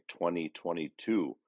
2022